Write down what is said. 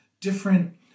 different